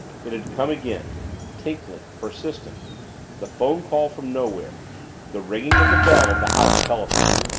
it had come again tinkling persistent the phone call from nowhere the ringing of the bell of the house telephone!